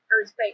earthquake